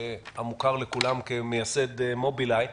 המוכר לכולם כמייסד מובילאיי,